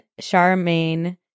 Charmaine